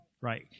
right